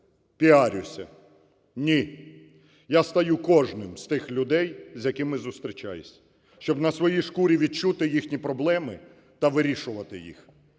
Піарюся. Ні. Я стаю кожним з тим людей, з яким зустрічаюся, щоб на своїй шкурі відчути їхні проблеми та вирішувати їх.